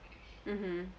mmhmm